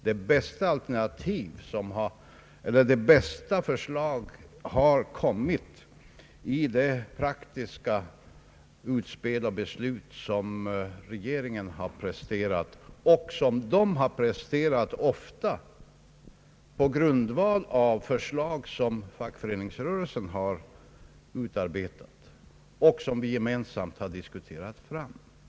De bästa initiativen har utgjorts av de praktiska utspel och beslut som regeringen har presenterat — inte bara nu utan vid många tillfällen tidigare — på grundval av förslag som fackföreningsrörelsen har utarbetat och som vi gemensamt har diskuterat fram.